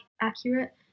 accurate